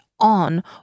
On